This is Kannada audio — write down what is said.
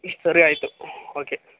ಇಷ್ಟು ಸರಿ ಆಯಿತು ಓಕೆ